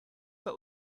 but